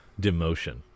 demotion